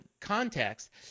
context